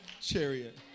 chariot